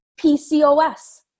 PCOS